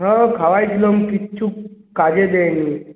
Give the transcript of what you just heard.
হ্যাঁ খাইয়ে ছিলাম কিচ্ছু কাজে দেয় নি